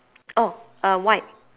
oh uh white